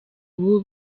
ubu